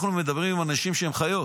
אנחנו מדברים עם אנשים שהם חיות